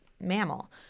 mammal